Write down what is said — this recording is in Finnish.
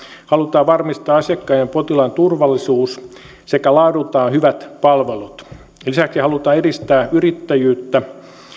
halutaan varmistaa asiakkaan ja potilaan turvallisuus sekä laadultaan hyvät palvelut lisäksi halutaan edistää yrittäjyyttä